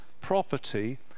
property